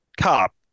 cop